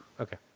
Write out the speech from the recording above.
Okay